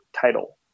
title